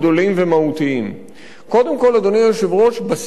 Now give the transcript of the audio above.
קודם כול, אדוני היושב-ראש, בספרות ישנה ביקורת